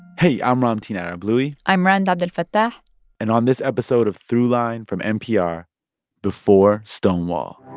hey. i'm ramtin ah arablouei i'm rund abdelfatah and on this episode of throughline from npr before stonewall